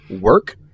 work